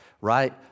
Right